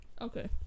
Okay